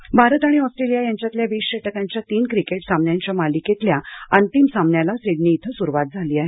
cricket Bharat आणि Australia यांच्यातल्या वीस षटकांच्या तीन क्रिकेट सामन्यांच्या मालिकेतल्या अंतिम सामन्याला सिडनी इथं सुरुवात झाली आहे